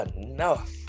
enough